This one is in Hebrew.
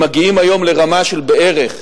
הם מגיעים היום לרמה של בערך